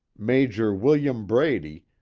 major william brady,